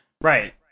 Right